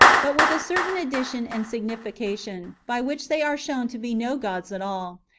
but with a certain addition and signification, by which they are shown to be no gods at all.